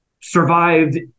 survived